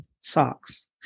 socks